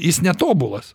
jis netobulas